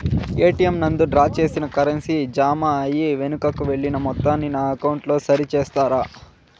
ATM నందు draw చేసిన currency జామ అయి వెనుకకు వెళ్లిన మొత్తాన్ని నా అకౌంట్ లో సరి చేస్తారా?